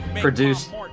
produced